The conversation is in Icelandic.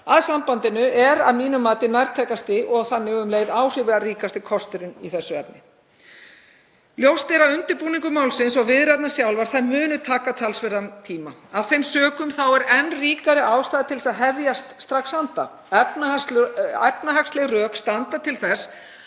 Evrópusambandinu er að mínu mati nærtækasti og áhrifaríkasti kosturinn í þessu efni. Ljóst er að undirbúningur málsins og viðræðurnar sjálfar munu taka talsverðan tíma. Af þeim sökum er enn ríkari ástæða til að hefjast strax handa. Efnahagsleg rök standa til þess